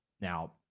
Now